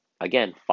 Again